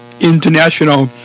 international